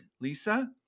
Lisa